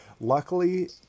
luckily